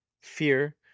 fear